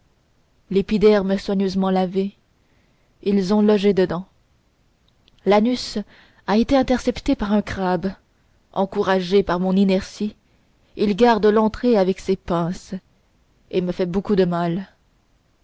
l'épiderme soigneusement lavé ils ont logé dedans l'anus a été intercepté par un crabe encouragé par mon inertie il garde l'entrée avec ses pinces et me fait beaucoup de mal